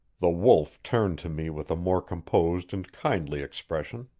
the wolf turned to me with a more composed and kindly expression.